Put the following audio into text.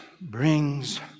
brings